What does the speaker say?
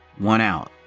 one out!